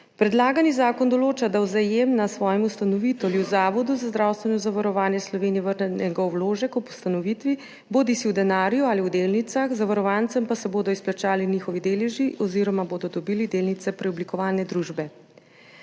Predlagani zakon določa, da Vzajemna svojem ustanovitelju, Zavodu za zdravstveno zavarovanje Slovenije, vrne njegov vložek ob ustanovitvi, bodisi v denarju ali v delnicah, zavarovancem pa se bodo izplačali njihovi deleži oziroma bodo dobili delnice preoblikovane družbe.